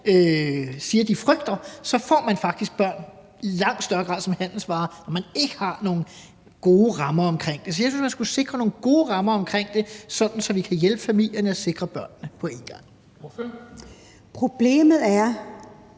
siger de frygter; så får man faktisk i langt højere grad børn som en handelsvare, altså når der ikke er nogle gode rammer omkring det. Så jeg synes, at man skulle sikre nogle gode rammer omkring det, sådan at vi på én gang kan hjælpe familierne og sikre børnene. Kl.